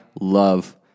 love